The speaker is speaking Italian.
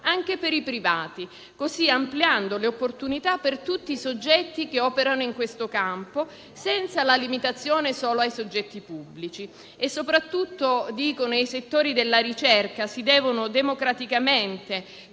anche per i privati, ampliando così le opportunità per tutti i soggetti che operano in questo campo, senza la limitazione solo ai soggetti pubblici. Soprattutto nei settori della ricerca, si devono democraticamente